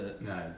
No